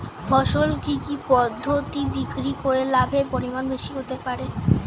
ফসল কি কি পদ্ধতি বিক্রি করে লাভের পরিমাণ বেশি হতে পারবে?